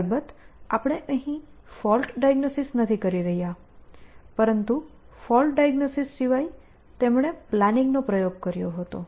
અલબત્ત આપણે અહીં ફોલ્ટ ડાઇગ્નોસિસ નથી કરી રહ્યા પરંતુ ફોલ્ટ ડાઇગ્નોસિસ સિવાય તેમણે પ્લાનિંગ નો પ્રયોગ કર્યો હતો